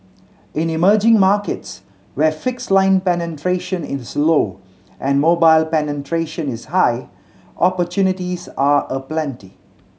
in emerging markets where fixed line penetration is low and mobile penetration is high opportunities are aplenty